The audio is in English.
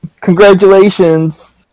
Congratulations